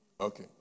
Okay